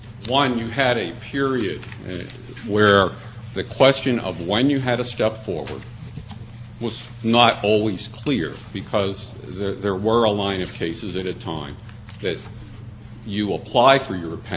the question of when you had a step forward was not always clear because there were a line of cases at a time that you apply for your pension and you didn't have an opportunity to really